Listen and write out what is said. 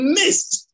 missed